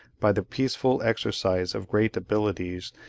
by the peaceful exercise of great abilities,